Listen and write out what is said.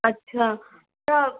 अछा त